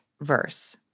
verse